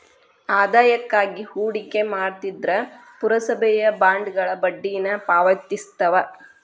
ಆದಾಯಕ್ಕಾಗಿ ಹೂಡಿಕೆ ಮಾಡ್ತಿದ್ರ ಪುರಸಭೆಯ ಬಾಂಡ್ಗಳ ಬಡ್ಡಿನ ಪಾವತಿಸ್ತವ